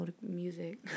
music